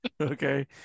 okay